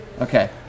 Okay